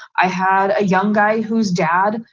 i had a young guy whose dad,